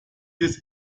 des